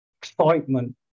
excitement